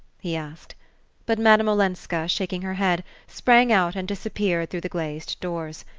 he asked but madame olenska, shaking her head, sprang out and disappeared through the glazed doors.